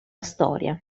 storia